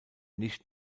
nicht